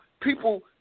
people